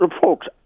folks